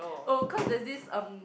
oh cause there's this um